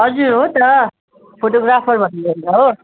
हजुर हो त फोटोग्राफर भन्नु हो